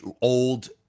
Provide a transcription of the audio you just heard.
old